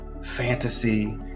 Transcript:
fantasy